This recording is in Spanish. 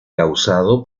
causado